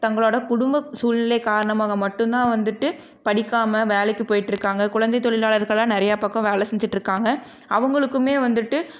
தங்களோடய குடும்ப சூழ்நிலை காரணமாக மட்டும்தான் வந்துட்டு படிக்காமல் வேலைக்குப் போய்விட்டு இருக்காங்க குழந்தைத் தொழிலாளர்களா நிறையா பக்கம் வேலை செஞ்சுட்ருக்காங்க அவங்களுக்குமே வந்துட்டு